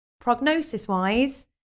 Prognosis-wise